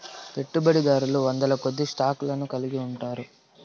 పెట్టుబడిదారులు వందలకొద్దీ స్టాక్ లను కలిగి ఉంటారు